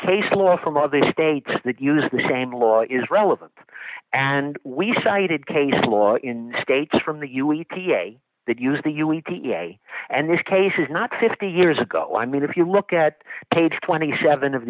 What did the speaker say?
case law from other states that use the same law is relevant and we cited case law in states from the e u e t a that use the u e t a and this case is not fifty years ago i mean if you look at page twenty seven of